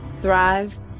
thrive